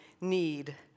need